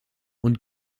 und